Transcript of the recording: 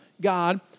God